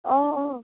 অঁ অঁ